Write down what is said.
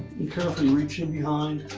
be careful in reaching behind